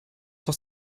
s’en